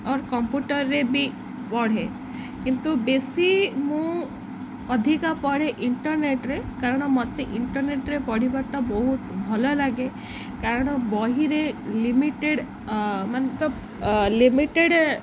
ଅର୍ କମ୍ପ୍ୟୁଟରରେ ବି ପଢ଼େ କିନ୍ତୁ ବେଶୀ ମୁଁ ଅଧିକା ପଢ଼େ ଇଣ୍ଟରନେଟ୍ରେ କାରଣ ମୋତେ ଇଣ୍ଟରନେଟ୍ରେ ପଢ଼ିବା ଟା ବହୁତ ଭଲ ଲାଗେ କାରଣ ବହିରେ ଲିମିଟେଡ଼ ମାନେ ତ ଲିମିଟେଡ଼୍